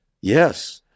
Yes